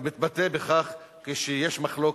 מתבטא כשיש מחלוקת,